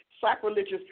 sacrilegious